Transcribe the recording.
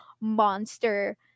monster